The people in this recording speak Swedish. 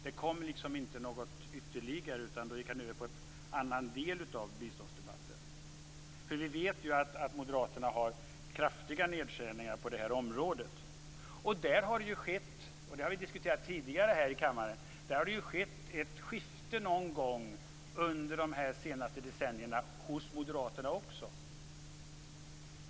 Det kom inte något ytterligare, utan Bertil Persson gick över till en annan del av biståndsdebatten. Vi vet ju att Moderaterna har kraftiga nedskärningar på det här området. Det har skett ett skifte någon gång under de senaste decennierna hos moderaterna också.